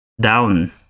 down